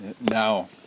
now